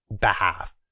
behalf